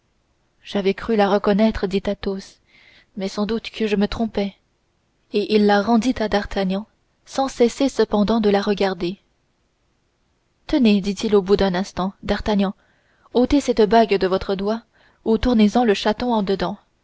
j'avais cru la reconnaître dit athos mais sans doute que je me trompais et il la rendit à d'artagnan sans cesser cependant de la regarder tenez dit-il au bout d'un instant d'artagnan ôtez cette bague de votre doigt ou tournez en le chaton en dedans